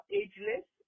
ageless